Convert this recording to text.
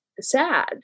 sad